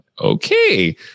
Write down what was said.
Okay